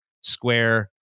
Square